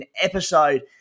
episode